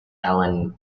allen